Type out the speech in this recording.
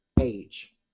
age